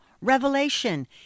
revelation